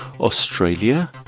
Australia